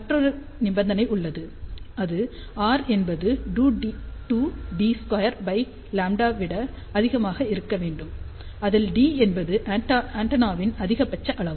மற்றொரு நிபந்தனை உள்ளது அது r என்பது 2d² λ விட அதிகமாக இருக்க வேண்டும் அதில் d என்பது ஆண்டெனாவின் அதிகபட்ச அளவு